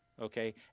okay